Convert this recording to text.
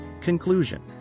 Conclusion